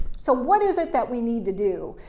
so, what is it that we need to do?